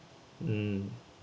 mm